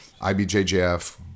ibjjf